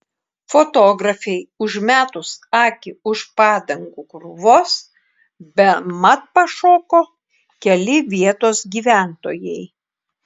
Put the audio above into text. fotografei užmetus akį už padangų krūvos bemat pašoko keli vietos gyventojai